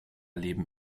leben